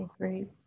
Great